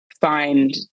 find